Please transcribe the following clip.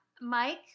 Mike